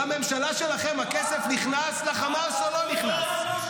בממשלה שלכם הכסף נכנס לחמאס או לא נכנס?